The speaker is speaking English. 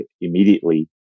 immediately